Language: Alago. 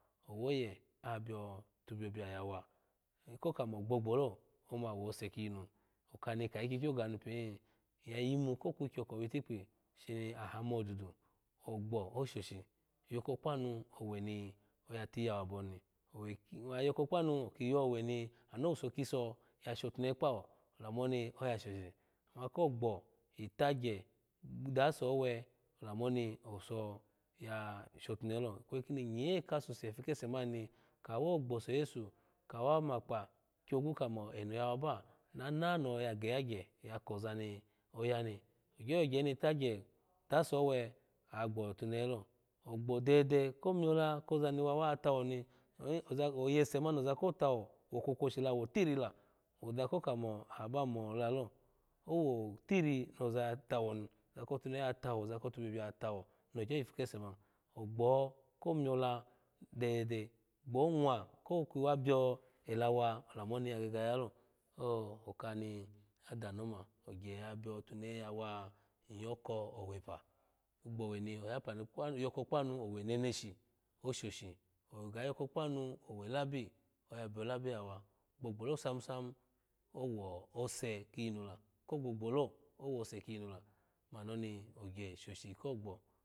Owe oye opa biyote biyo biya ya wa ko kamo gbogbolo oma wose kiyinu oka nika ikyikyo ga ni pi iya yimu ko kwikye oko itikpi shini aha mo dudu ogbo oshoshi yoko kpanu owe ni ya tiyawo abo ni owe ayoko kpanu oki yowe ni anowuso kiso ya shotunehe kpawo lamu oni oyashoshi ma kogbo yi tagye dase owe lammu oni owuso ya shhhotuwehe lo ikweyi koni nye kasuse ipu kese mani kawo gbosoyesu kawa makpa kwogwu kamo eno ya waba na nonoho yahegye ya koza ni oya ni ogyo yogye ni tagye duse owe oya gbotu nehe lo ogbo dede komiyol koza ni wa wa tawo ni oyese mani oza ko tawo wo kwokwoshi la wotiri la woza ko kamo aha ba mola owotiri ni oza ya tawon oza kotenehe ya tawo oza ko tubiyobiya yatawo nogyo yipu kese mani ogbo komiyola dede gbo mwa kokiwa bela wa olamu niya gege yalo so oka ni ada ni oma ogye ya gege ya biyoyunehe ya wa iyo kowepa ogbowe ni oyapani ni yoko kpanu owe neneshi oshishi oga yoko kpanu owe labi oya biyo labi ya wa ghogho lo samsam owose kiyinu la kogbo gbo lo owose la mani ogye shoshi kogbo